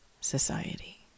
society